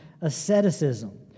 asceticism